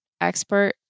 expert